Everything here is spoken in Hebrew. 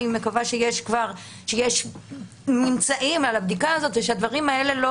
אני מקווה שיש כבר ממצאים על הבדיקה הזאת ושהדברים האלה לא